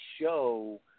show